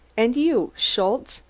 and you, schultze,